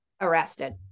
arrested